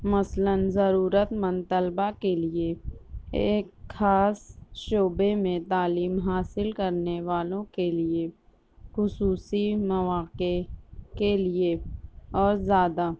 مثلاً ضرورت مند طلبا کے لیے ایک خاص شعبے میں تعلیم حاصل کرنے والوں کے لیے خصوصی مواقع کے لیے اور زیادہ